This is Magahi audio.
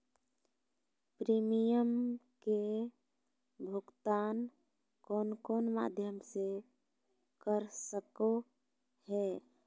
प्रिमियम के भुक्तान कौन कौन माध्यम से कर सको है?